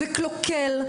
קלוקל,